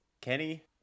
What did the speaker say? kenny